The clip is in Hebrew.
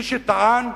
מי שטען,